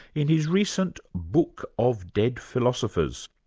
in his recent book of dead philosophers,